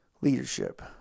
leadership